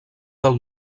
del